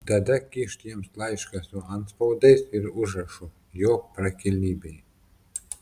tada kyšt jiems laišką su antspaudais ir užrašu jo prakilnybei